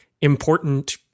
important